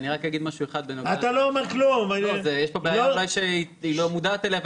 יש פה בעיה שאולי היא לא מודעת אליה,